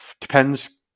depends